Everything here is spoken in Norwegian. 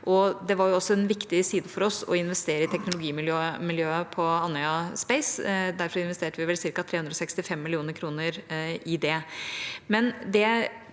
Det var også en viktig side for oss å investere i teknologimiljøet på Andøya Space. Derfor investerte vi ca. 365 mill. kr i det.